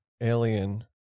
alien